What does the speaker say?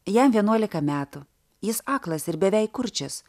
jau vienuolika metų jis aklas ir beveik kurčias